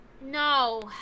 No